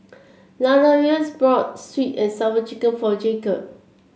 Ladarius brought sweet and Sour Chicken for Jacob